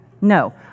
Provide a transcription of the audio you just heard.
no